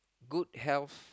good health